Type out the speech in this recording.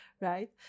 right